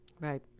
Right